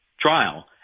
trial